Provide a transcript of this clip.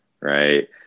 right